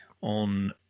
on